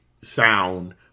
sound